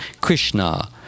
Krishna